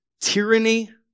Tyranny